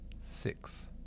six